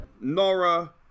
Nora